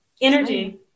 Energy